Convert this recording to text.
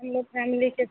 हम लोग फॅमिली के